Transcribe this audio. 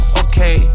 okay